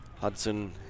Hudson